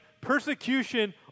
persecution